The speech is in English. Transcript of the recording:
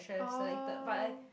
oh